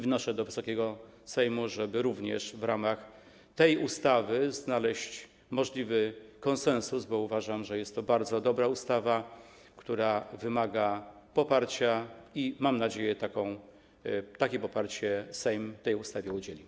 Wnoszę do Wysokiego Sejmu, żeby również w ramach tej ustawy znaleźć możliwy konsensus, bo uważam, że jest to bardzo dobra ustawa, która wymaga poparcia i mam nadzieję, że takiego poparcia Sejm tej ustawie udzieli.